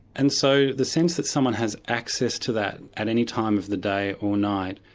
and so the sense that someone has access to that at any time of the day or night,